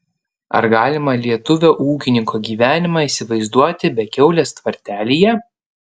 ar galima lietuvio ūkininko gyvenimą įsivaizduoti be kiaulės tvartelyje